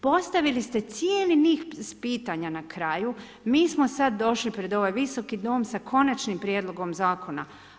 Postavili ste cijeli niz pitanja na kraju, mi smo sad došli pred ovaj Visoki dom sa konačnim prijedlogom zakona.